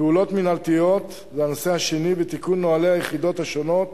פעולות מינהלתיות ותיקון נוהלי היחידות השונות